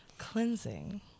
Cleansing